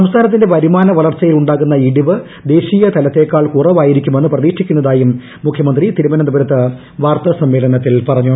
സ്സ്മാനത്തിന്റെ വരുമാന വളർച്ചയിൽ ഉണ്ടാകുന്ന ഇടിവ് ദേശീയ തലത്തിലേക്കാൾ കുറവായിരിക്കുമെന്ന് പ്രതീക്ഷിക്കുന്നതായും മുഖ്യമന്ത്രി തിരുവനന്തപുരത്ത് വാർത്താ സമ്മേളനത്തിൽ അറിയിച്ചു